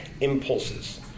Impulses